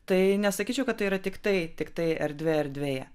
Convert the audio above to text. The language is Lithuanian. tai nesakyčiau kad tai yra tiktai tiktai erdvė erdvėje